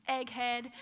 egghead